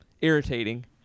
irritating